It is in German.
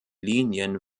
linien